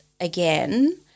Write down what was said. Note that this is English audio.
again